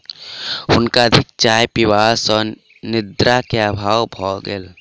हुनका अधिक चाय पीबा सॅ निद्रा के अभाव भ गेल